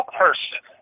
person